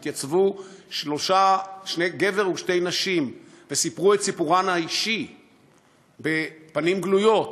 זה שהתייצבו גבר ושתי נשים וסיפרו את סיפורם האישי בפנים גלויות,